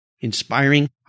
inspiring